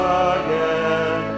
again